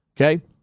Okay